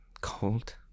Cold